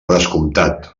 descomptat